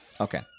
Okay